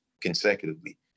consecutively